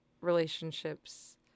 relationships